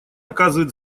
оказывает